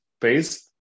based